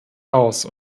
aus